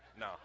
No